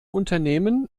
unternehmen